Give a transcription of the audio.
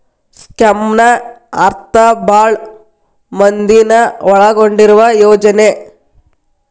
ಸ್ಕೇಮ್ನ ಅರ್ಥ ಭಾಳ್ ಮಂದಿನ ಒಳಗೊಂಡಿರುವ ಯೋಜನೆ